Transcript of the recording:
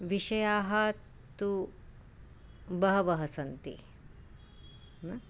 विषयाः तु बहवः सन्ति न